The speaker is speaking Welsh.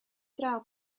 draw